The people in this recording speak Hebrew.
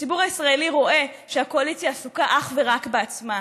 הציבור הישראלי רואה שהקואליציה עסוקה אך ורק בעצמה,